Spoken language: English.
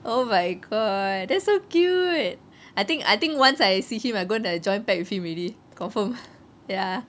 oh my god that's so cute I think I think once I see him I gonna join pack with him already confirm ya